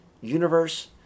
universe